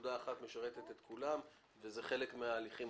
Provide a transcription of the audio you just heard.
שנקודה אחת משרתת את כולם, זה חלק מן ההליכים.